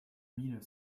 mille